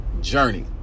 journey